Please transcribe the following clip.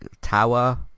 tower